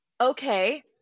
Okay